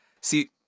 See